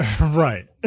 Right